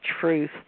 truth